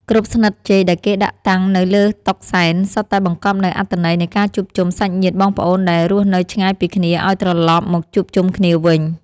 គ្រប់ស្និតចេកដែលគេដាក់តាំងនៅលើតុសែនសុទ្ធតែបង្កប់នូវអត្ថន័យនៃការជួបជុំសាច់ញាតិបងប្អូនដែលរស់នៅឆ្ងាយពីគ្នាឱ្យត្រឡប់មកជួបជុំគ្នាវិញ។